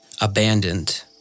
abandoned